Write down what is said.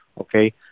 okay